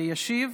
ישיב